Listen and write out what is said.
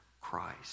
Christ